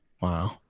wow